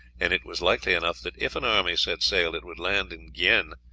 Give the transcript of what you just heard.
and it was likely enough that if an army set sail it would land in guienne,